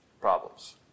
problems